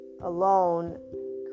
alone